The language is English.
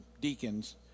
deacons